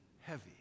heavy